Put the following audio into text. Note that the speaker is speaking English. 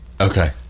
okay